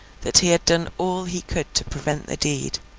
that he had done all he could to prevent the deed,